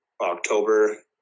October